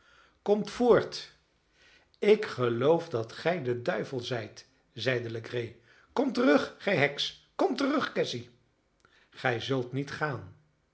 kom voort ik geloof dat gij de duivel zijt zeide legree kom terug gij heks kom terug cassy gij zult niet gaan